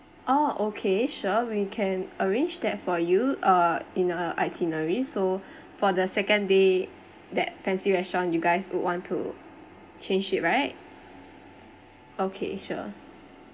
oh okay sure we can arrange that for you uh in a itinerary so for the second day that fancy restaurant you guys would want to change it right okay sure